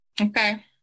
Okay